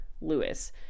Lewis